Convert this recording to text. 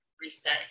reset